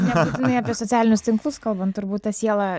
nebūtinai apie socialinius tinklus kalbant turbūt ta siela